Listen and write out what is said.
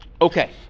Okay